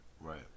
Right